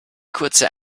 kurze